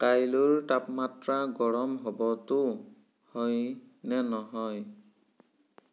কাইলৈৰ তাপমাত্ৰা গৰম হ'বতো হয় নে নহয়